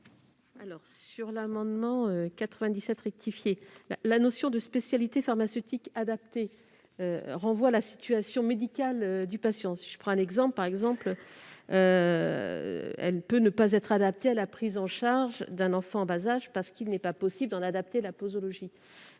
concerne l'amendement n° 97 rectifié, la notion de « spécialité pharmaceutique adaptée » renvoie à la situation médicale du patient. Ainsi, telle ou telle spécialité peut ne pas être adaptée à la prise en charge d'un enfant en bas âge parce qu'il est impossible d'en adapter la posologie.